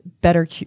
better